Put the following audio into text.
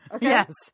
Yes